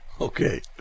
Okay